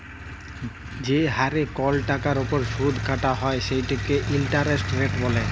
যে হারে কল টাকার উপর সুদ কাটা হ্যয় সেটকে ইলটারেস্ট রেট ব্যলে